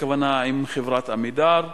הכוונה, עם חברת "עמידר".